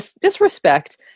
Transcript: disrespect